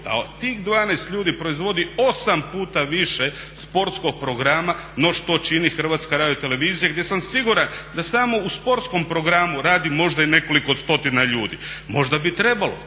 tih 12 ljudi proizvodi 8 puta više sportskog programa no što čini HRT gdje sam siguran da samo u sportskom programu radi možda i nekoliko stotina ljudi. Možda bi trebalo